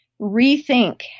rethink